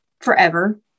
forever